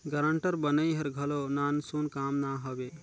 guarantor बनई हर घलो नानसुन काम ना हवे